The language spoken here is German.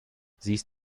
siehst